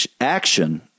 action